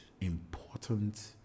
important